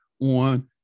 on